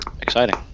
Exciting